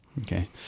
Okay